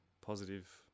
positive